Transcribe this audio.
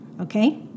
okay